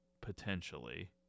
potentially